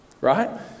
right